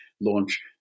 launch